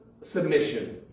submission